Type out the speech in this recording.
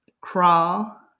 crawl